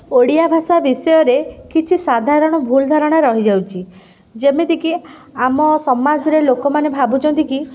ଓଡ଼ିଆ ଭାଷା ବିଷୟରେ କିଛି ସାଧାରଣ ଭୁଲ୍ ଧାରଣା ରହିଯାଉଛି ଯେମିତି କି ଆମ ସମାଜରେ ଲୋକମାନେ ଭାବୁଛନ୍ତି କି